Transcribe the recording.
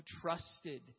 trusted